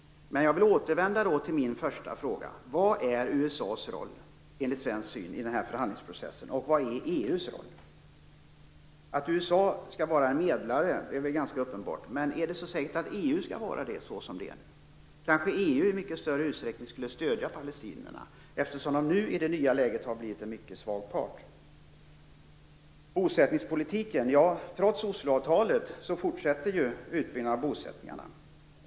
Jag återkommer till första frågan i min interpellation: Vilken är enligt svensk uppfattning USA:s roll i den här förhandlingsprocessen, och vilken är EU:s roll? Att USA skall vara medlare är väl ganska uppenbart. Men är det helt säkert att EU skall vara det som det nu är? EU skulle kanske i mycket större utsträckning stödja palestinierna, eftersom de i det nya läget är en mycket svag part. Sedan några ord om bosättningspolitiken. Trots Osloavtalet fortsätter utbyggnaden av bosättningarna.